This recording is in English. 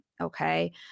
Okay